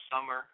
summer